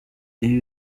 ibi